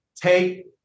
take